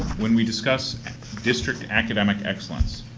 when we discussed district academic excellence,